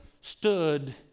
stood